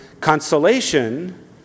consolation